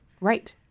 right